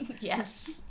yes